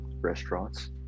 restaurants